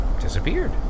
disappeared